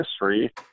history